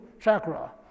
chakra